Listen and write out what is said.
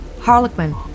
Harlequin